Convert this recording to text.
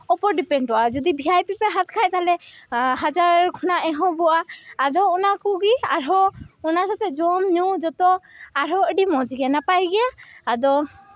ᱩᱯᱚᱨ ᱰᱤᱯᱮᱱᱰᱚᱜᱼᱟ ᱡᱚᱫᱤ ᱵᱷᱤ ᱟᱭ ᱯᱤ ᱯᱮ ᱦᱟᱛ ᱠᱷᱟᱡ ᱛᱟᱦᱚᱞᱮ ᱦᱟᱡᱟᱨ ᱠᱷᱚᱱᱟᱜ ᱮᱦᱚᱵᱚᱜᱼᱟ ᱟᱫᱚ ᱚᱱᱟ ᱠᱚᱜᱮ ᱟᱨᱦᱚᱸ ᱚᱱᱟ ᱥᱟᱛᱮᱜ ᱡᱚᱢᱼᱧᱩ ᱡᱚᱛᱚ ᱟᱨᱦᱚᱸ ᱟᱹᱰᱤ ᱢᱚᱡᱽ ᱜᱮᱭᱟ ᱱᱟᱯᱟᱭ ᱜᱮᱭᱟ ᱟᱫᱚ